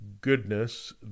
goodness